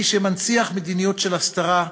מי שמנציח מדיניות של הסתרה,